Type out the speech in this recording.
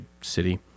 city